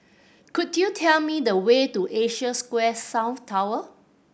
could you tell me the way to Asia Square South Tower